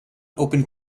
open